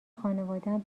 خانوادهام